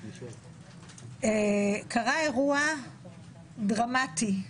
קרה אירוע דרמטי.